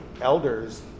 elders